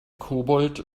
kobold